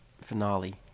finale